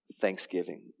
thanksgiving